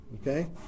Okay